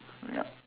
ya